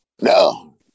No